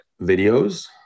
videos